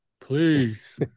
Please